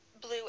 blue